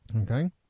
Okay